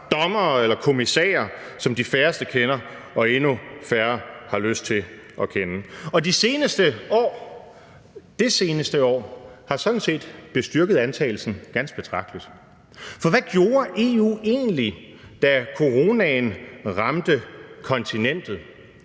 dommere eller kommissærer, som de færreste kender, og som endnu færre har lyst til at kende. Kl. 17:13 Det seneste år har sådan set bestyrket antagelsen ganske betragteligt. For hvad gjorde EU egentlig, da coronaen ramte kontinentet?